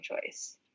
choice